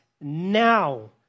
now